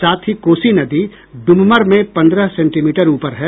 साथ ही कोसी नदी डुममर में पंद्रह सेंटीमीटर ऊपर है